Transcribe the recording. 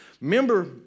Remember